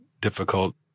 difficult